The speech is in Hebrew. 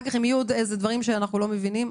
אם יהיו אחר כך דברים שאנחנו לא מבינים,